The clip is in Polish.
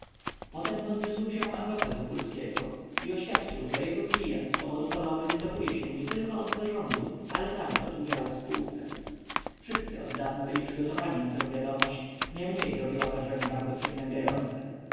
potem podniósł się adwokat wokulskiego i oświadczył że jego klient z powodu choroby wycofuje się nietylko od zarządu ale nawet od udziału w spółce wszyscy oddawna byli przygotowani na tę wiadomość niemniej zrobiła wrażenie bardzo